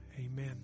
Amen